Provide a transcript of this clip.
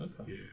Okay